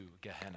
Gehenna